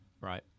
Right